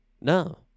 No